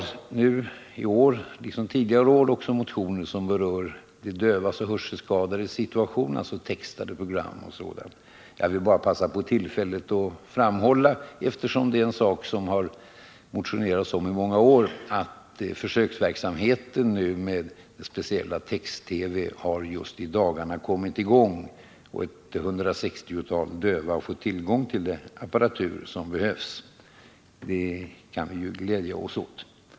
Vi har i år, liksom tidigare år, också motioner som berör de dövas och hörselskadades situation, alltså deras behov av textade program. Jag vill bara passa på tillfället att framhålla, eftersom det är en sak som det har motionerats om i flera år, att försöksverksamheten med speciell text-TV har kommit i gång just i dagarna, och ca 160 döva har fått tillgång till den apparatur som behövs. Det kan vi glädja oss åt.